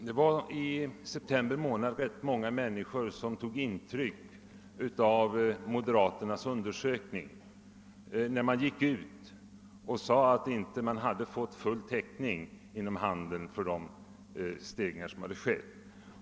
Herr talman! I september tog ganska många människor intryck av moderata samlingspartiets undersökning, i vilken det påstods att handeln inte hade fått full täckning för de kostnadssteg ringar som hade skett.